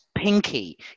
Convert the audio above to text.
pinky